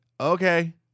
okay